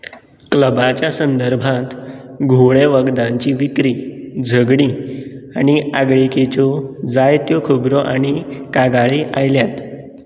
क्लबाच्या संदर्भांत घुवळे वखदांची विक्री झगडी आनी आगळीकेच्यो जायत्यो खबरो आनी कागाळीं आयल्यात